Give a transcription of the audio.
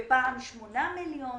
ופעם שמונה מיליון.